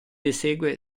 esegue